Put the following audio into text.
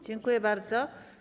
Dziękuję bardzo.